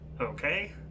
Okay